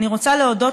אני רוצה להודות,